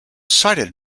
cited